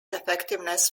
effectiveness